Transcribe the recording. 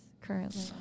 currently